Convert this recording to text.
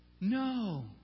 No